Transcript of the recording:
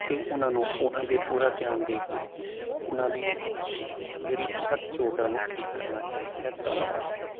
ਅਤੇ ਉਹਨਾਂ ਨੂੰ ਉਹਨਾਂ ਦੇ ਪੂਰਾ ਧਿਆਨ ਦੇ ਕੇ ਉਹਨਾਂ ਦੀ ਜਿਹੜੀ ਸੱਟ ਚੋਟ ਆ ਉਹਨੂੰ ਠੀਕ ਕਰਨਾ ਚਾਹੀਦਾ ਹੈ ਧੰਨਵਾਦ